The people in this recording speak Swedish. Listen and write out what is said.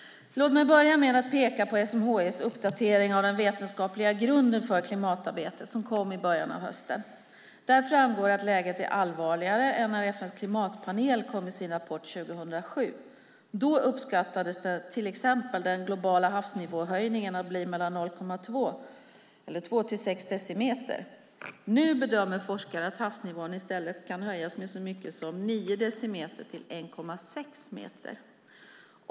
Låt mig börja med att peka på SMHI:s uppdatering av den vetenskapliga grunden för klimatarbetet som kom i början av hösten. Där framgår att läget är allvarligare än när FN:s klimatpanel kom med sin rapport 2007. Då uppskattades till exempel den globala havsnivåhöjningen bli 2-6 decimeter. Nu bedömer forskare att havsnivån i stället kan höjas med så mycket som 9-16 decimeter.